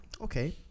okay